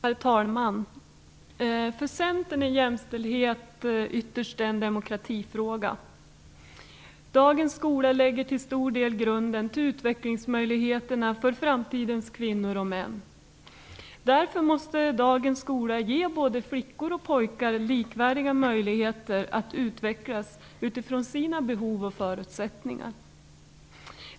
Herr talman! För Centern är jämställdhet ytterst en demokratifråga. Dagens skola lägger till stor del grunden till utvecklingsmöjligheterna för framtidens kvinnor och män. Därför måste dagens skola ge både flickor och pojkar likvärdiga möjligheter att utvecklas utifrån sina behov och förutsättningar.